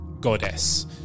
goddess